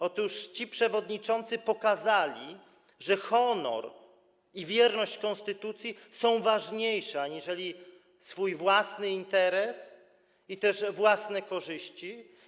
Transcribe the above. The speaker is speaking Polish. Otóż ci przewodniczący pokazali, że honor i wierność konstytucji są ważniejsze, aniżeli swój własny interes i własne korzyści.